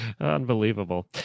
unbelievable